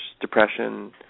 depression